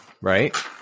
right